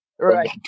Right